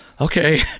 okay